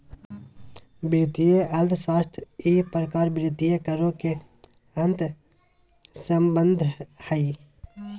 वित्तीय अर्थशास्त्र ई प्रकार वित्तीय करों के अंतर्संबंध हइ